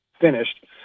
finished